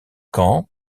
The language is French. quand